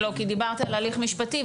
פשוט דיברת על הליך משפטי,